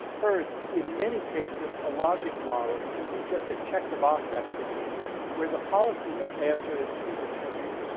first in many cases a logic model can be just a check the box activity where the policy answer is predetermined.